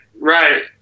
right